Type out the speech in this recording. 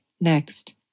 Next